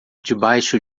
debaixo